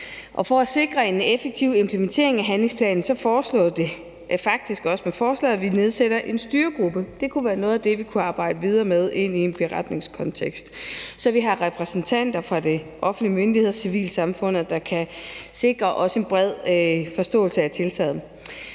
For at sikre en effektiv implementering af handlingsplanen foreslås det også med forslaget, at vi nedsætter en styregruppe. Det kunne være noget af det, vi kunne arbejde videre med ind i en beretningskontekst, så vi har repræsentanter fra de offentlige myndigheder og civilsamfundet, der kan sikre en bred forståelse af tiltaget.